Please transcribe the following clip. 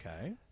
okay